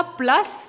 plus